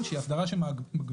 היא מעבר